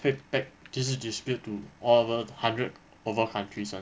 quick pack 就是 distribute to all over hundred over countries [one]